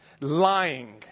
Lying